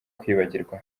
kwibagirwa